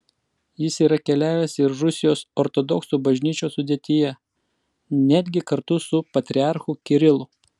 jis yra keliavęs ir rusijos ortodoksų bažnyčios sudėtyje netgi kartu su patriarchu kirilu